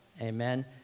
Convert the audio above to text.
amen